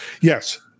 yes